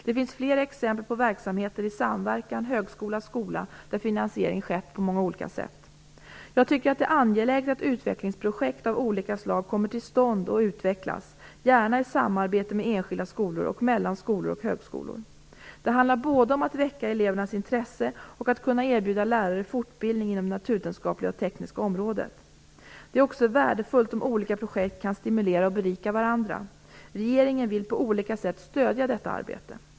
Det finns fler exempel på verksamheter i samverkan högskola-skola där finansiering skett på många olika sätt. Jag tycker att det är angeläget att utvecklingsprojekt av olika slag kommer till stånd och utvecklas, gärna i samarbete med enskilda skolor och mellan skolor och högskolor. Det handlar om att både väcka elevernas intresse och att kunna erbjuda lärare fortbildning inom det naturvetenskapliga och tekniska området. Det är också värdefullt om olika projekt kan stimulera och berika varandra. Regeringen vill på olika sätt stödja detta arbete.